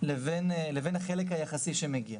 לבין החלק היחסי שמגיע.